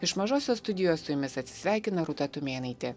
iš mažosios studijos su jumis atsisveikina rūta tumėnaitė